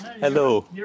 Hello